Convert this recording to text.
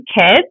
kids